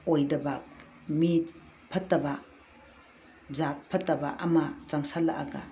ꯑꯣꯏꯗꯕ ꯃꯤ ꯐꯠꯇꯕ ꯖꯥꯠ ꯐꯠꯇꯕ ꯑꯃ ꯆꯪꯁꯜꯂꯛꯑꯒ